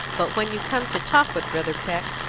but when you come to talk with brother peck,